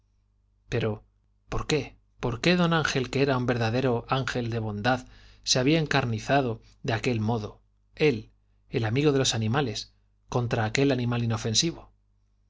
pero por qué por qué d ángel que era un ver dadero ángel de bondad se había encarnizado de de los aquel modo él el amigo animales contra aquel animal inofensivo